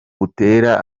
butera